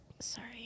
sorry